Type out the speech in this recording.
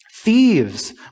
Thieves